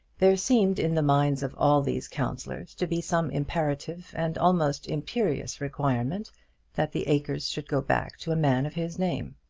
there seemed in the minds of all these councillors to be some imperative and almost imperious requirement that the acres should go back to a man of his name.